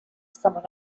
someone